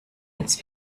als